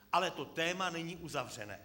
Ale to téma není uzavřené.